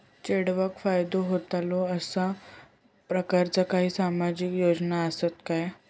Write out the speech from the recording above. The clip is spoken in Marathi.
चेडवाक फायदो होतलो असो प्रकारचा काही सामाजिक योजना असात काय?